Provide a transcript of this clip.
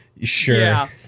Sure